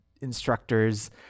instructor's